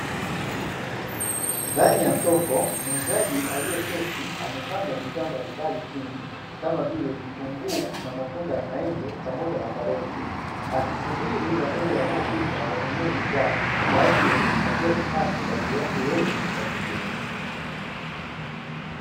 Ndani ya soko muuzaji, aliyeketi amepanga bidhaa mbalimbali chini, kama vile; vitunguu, na matunda ya maembe na karoti, akisubiri wateja wanaopita wanunue bidhaa kwa ajili ya kujipatia kipato kwa ajili yake yeye na familia.